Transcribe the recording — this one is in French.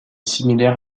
similaire